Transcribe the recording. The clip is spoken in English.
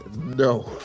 No